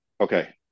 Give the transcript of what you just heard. okay